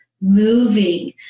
moving